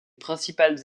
principales